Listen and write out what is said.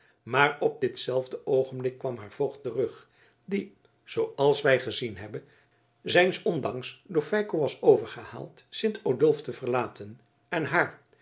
maar op dit zelfde oogenblik kwam haar voogd terug die zooals wij gezien hebben zijns ondanks door feiko was overgehaald sint odulf te verlaten en haar